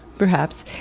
perhaps,